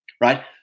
right